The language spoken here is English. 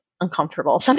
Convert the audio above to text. uncomfortable